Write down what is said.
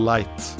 Light